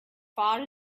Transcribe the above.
far